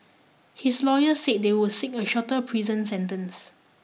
his lawyer said they would seek a shorter prison sentence